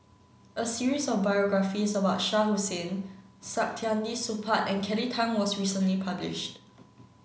a series of biographies about Shah Hussain Saktiandi Supaat and Kelly Tang was recently published